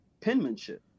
penmanship